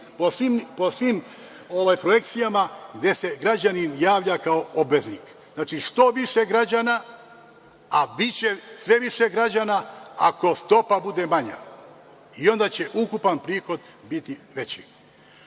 po svim projekcijama gde se građanin javlja kao obveznik. Znači, što više građana, a biće sve više građana, ako stopa bude manja. Onda će ukupan prihod biti veći. Još